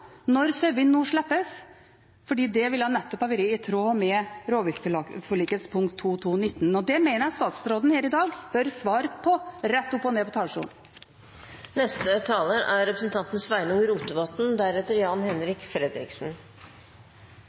når sauene nå slippes? Det ville nettopp ha vært i tråd med rovviltforlikets punkt 2.2.19. Det mener jeg statsråden her i dag bør svare på rett opp og ned på talerstolen.